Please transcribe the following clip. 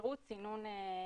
שירות סינון אתרים.